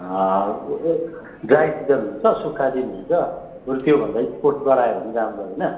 dry season हुन्छ सुक्खा दिन हुन्छ बरू त्योभन्दा स्पोर्ट्स गरायो भने राम्रो होइन